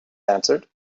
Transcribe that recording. answered